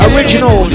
Original